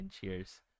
Cheers